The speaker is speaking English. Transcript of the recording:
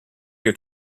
your